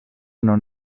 non